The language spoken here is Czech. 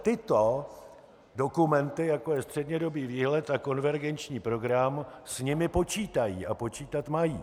Tyto dokumenty, jako je střednědobý výhled a konvergenční program, s nimi počítají a počítat mají.